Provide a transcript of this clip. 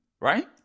Right